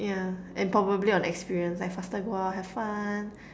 ya and probably on experience and faster go out have fun